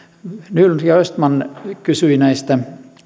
nylund ja östman kysyivät näistä